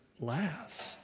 last